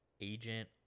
agent